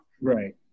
Right